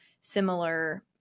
similar